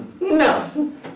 no